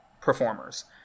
performers